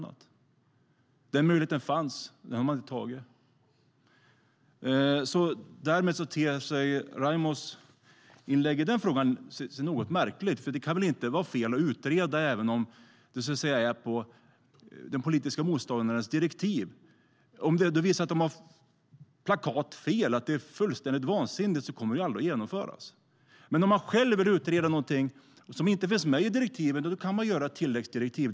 Den möjligheten fanns, och den har man inte tagit. Därmed ter sig Raimo Pärssinens inlägg i den frågan något märkligt. Det kan väl inte vara fel att utreda även om det grundar sig på den politiska motståndarens direktiv? Om det visar sig att utredningens förslag är plakat fel - fullständigt vansinniga - kommer de aldrig att genomföras. Om man själv vill utreda någonting som inte finns med i direktiven kan man göra ett tilläggsdirektiv.